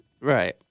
Right